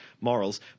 morals